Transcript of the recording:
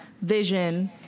vision